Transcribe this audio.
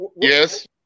Yes